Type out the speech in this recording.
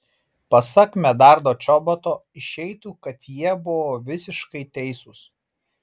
pasak medardo čoboto išeitų kad jie buvo visiškai teisūs